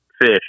fish